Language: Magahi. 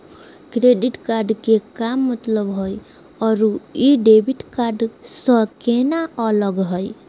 क्रेडिट कार्ड के का मतलब हई अरू ई डेबिट कार्ड स केना अलग हई?